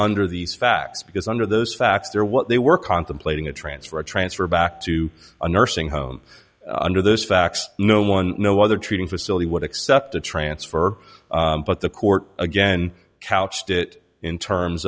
under these facts because under those facts there what they were contemplating a transfer a transfer back to a nursing home under those facts no one no other treating facility would accept a transfer but the court again couched it in terms